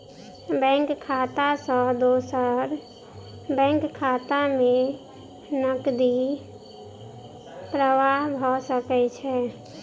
bank खाता सॅ दोसर बैंक खाता में नकदी प्रवाह भ सकै छै